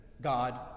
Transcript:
God